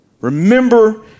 Remember